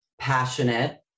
Passionate